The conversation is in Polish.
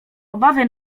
obawy